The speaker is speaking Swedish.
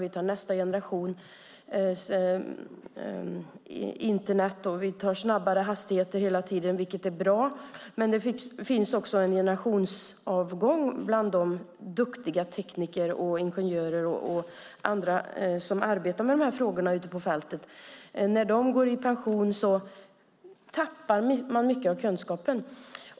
Vi får nästa generations Internet och hela tiden snabbare hastighet. Det finns också en generationsavgång bland de duktiga tekniker och andra som arbetar med dessa frågor ute på fältet. När de går i pension tappar man mycket av kunskapen.